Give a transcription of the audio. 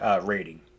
rating